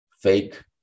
fake